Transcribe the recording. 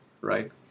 right